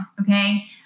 okay